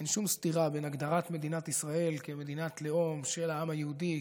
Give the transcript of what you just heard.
אין שום סתירה בין הגדרת מדינת ישראל כמדינת לאום של העם היהודי,